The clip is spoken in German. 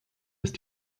ist